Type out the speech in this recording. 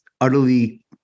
utterly